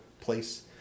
place